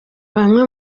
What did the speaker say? bamwe